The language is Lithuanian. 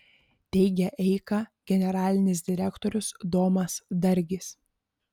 teigia eika generalinis direktorius domas dargis